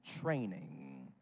training